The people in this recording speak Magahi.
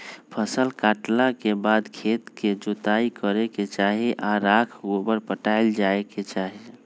फसल काटला के बाद खेत के जोताइ करे के चाही आऽ राख गोबर पटायल जाय के चाही